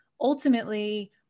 ultimately